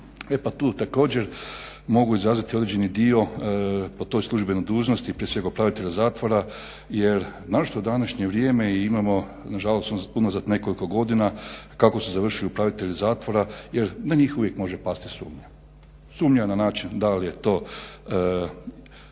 E pa tu također mogu izraziti određeni dio po toj službenoj dužnosti, prije svega upravitelja zatvora, jer naročito u današnje vrijeme imamo nažalost unazad nekoliko godina kako su završili upravitelji zatvora jer na njih uvijek može pasti sumnja. Sumnja na način da li je to